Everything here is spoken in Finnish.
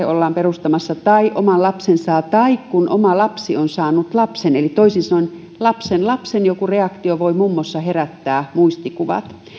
ollaan perustamassa tai oman lapsen saa tai kun oma lapsi on saanut lapsen eli toisin sanoen joku lapsenlapsen reaktio voi mummossa herättää muistikuvat